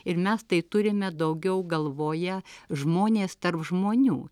ir mes tai turime daugiau galvoje žmonės tarp žmonių